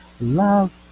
Love